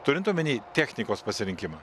turint omeny technikos pasirinkimą